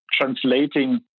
translating